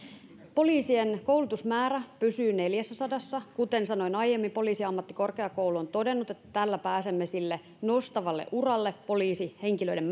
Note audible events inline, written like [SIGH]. poliisien koulutusmäärä pysyy neljässäsadassa kuten sanoin aiemmin poliisiammattikorkeakoulu on todennut että tällä pääsemme nostavalle uralle poliisihenkilöiden [UNINTELLIGIBLE]